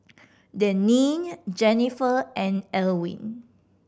Deneen Jennifer and Elwin